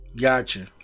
gotcha